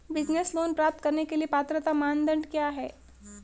Business loan प्राप्त करने के लिए पात्रता मानदंड क्या हैं?